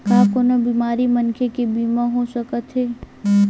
का कोनो बीमार मनखे के बीमा हो सकत हे?